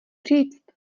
říct